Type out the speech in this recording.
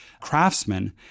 craftsmen